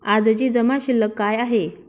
आजची जमा शिल्लक काय आहे?